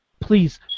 Please